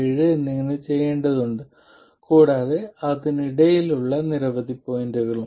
7 എന്നിങ്ങനെ ചെയ്യേണ്ടതുണ്ട് കൂടാതെ അതിനിടയിലുള്ള നിരവധി പോയിന്റുകളും